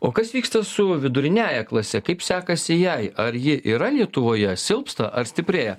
o kas vyksta su viduriniąja klase kaip sekasi jai ar ji yra lietuvoje silpsta ar stiprėja